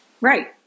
Right